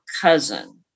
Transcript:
cousin